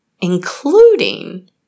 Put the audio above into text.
including